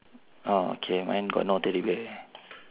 orh okay mine got no teddy bear